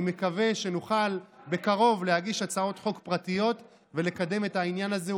אני מקווה שנוכל בקרוב להגיש הצעות חוק פרטיות ולקדם את העניין הזה.